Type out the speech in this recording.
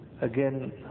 Again